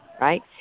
Right